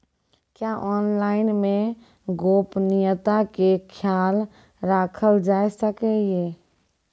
क्या ऑनलाइन मे गोपनियता के खयाल राखल जाय सकै ये?